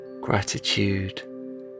gratitude